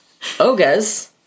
Oga's